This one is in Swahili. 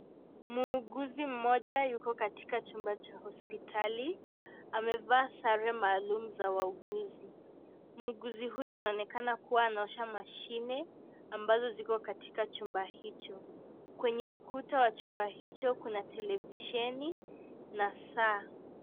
Muuguzi mmoja yuko katika chumba cha hospitali. Amevaa sare maalum za wauguzi. Muguzi huyu anaonekana kuwa anaosha mashine amabzo ziko katika chumba hicho. Kwenye ukuta wa chumba hicho kuna televisheni na saa.